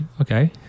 Okay